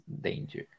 danger